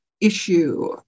Issue